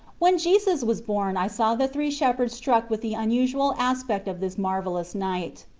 when jesus was born i saw the three shepherds struck with the unusual aspect of this marvellous night.